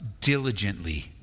diligently